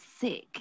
sick